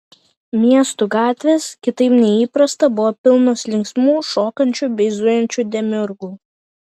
miestų gatvės kitaip nei įprasta buvo pilnos linksmų šokančių bei zujančių demiurgų